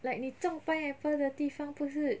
like 你种 pineapple 的地方不是